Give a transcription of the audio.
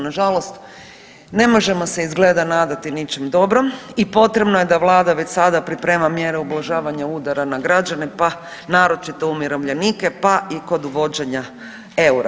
Nažalost, ne možemo se izgleda nadati ničem dobrom i potrebno je da Vlada već sada priprema mjere ublažavanja udara na građane pa naročito umirovljenike, pa i kod uvođenja eura.